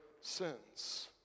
sins